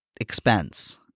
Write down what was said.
expense